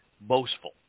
boastful